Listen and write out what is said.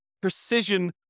precision